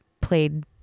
played